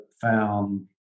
found